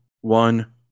one